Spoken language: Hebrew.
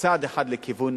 צעד אחד לכיוון